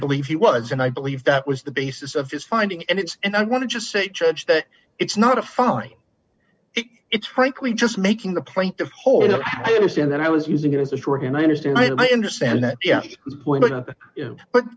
believe he was and i believe that was the basis of his finding and it's and i want to just say judge that it's not a fine it's frankly just making the plaintiff whole and then i was using it as it were going i understand i understand that yeah but